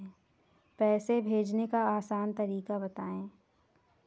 पैसे भेजने का आसान तरीका बताए?